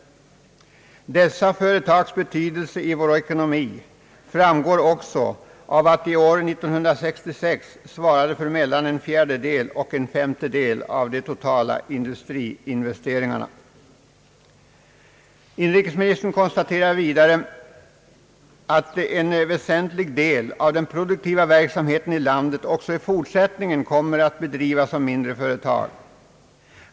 Dessa företags betydelse i vår ekonomi framgår också av att de år 1966 svarade för mellan en fjärdedel och en femtedel av de totala industriinvesteringarna.» Inrikesministern konstaterar vidare att en väsentlig del av den produktiva verksamheten i landet också i fortsättningen kommer att bedrivas av mindre företag.